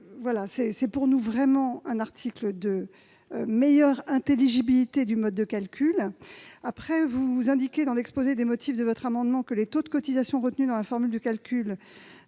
nos yeux d'offrir une meilleure intelligibilité du mode de calcul. Vous indiquez dans l'exposé des motifs de votre amendement que les taux de cotisations retenus dans la formule de calcul